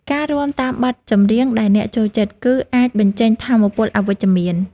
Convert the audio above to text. ការរាំតាមបទចម្រៀងដែលអ្នកចូលចិត្ត គឺអាចបញ្ចេញថាមពលអវិជ្ជមាន។